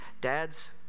dads